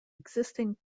existing